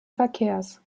verkehrs